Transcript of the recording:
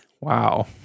Wow